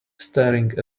staring